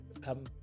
come